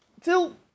Till